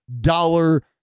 dollar